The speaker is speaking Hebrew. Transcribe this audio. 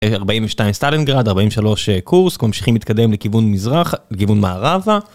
42 סטלנגרד 43 קורסק ממשיכים להתקדם לכיוון מזרח לכיוון מערבה.